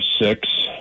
six